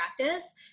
practice